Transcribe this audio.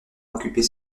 occuper